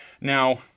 Now